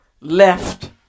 left